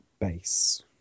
base